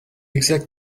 exact